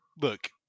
look